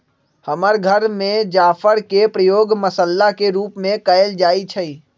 हमर घर में जाफर के प्रयोग मसल्ला के रूप में कएल जाइ छइ